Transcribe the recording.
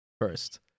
first